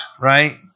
right